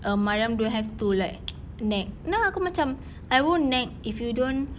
err mariam don't have to like nag then aku macam I won't nag if you don't